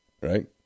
right